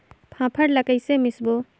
फाफण ला कइसे मिसबो?